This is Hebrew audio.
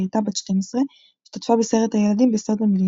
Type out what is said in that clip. הייתה בת 12 השתתפה בסרט הילדים "בסוד המילים",